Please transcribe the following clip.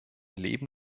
leben